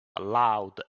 loud